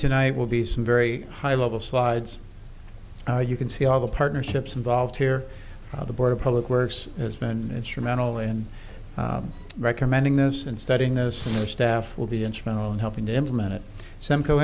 tonight will be some very high level slides now you can see all the partnerships involved here the board of public works has been instrumental in recommending this and studying this and their staff will be instrumental in helping to implement it simco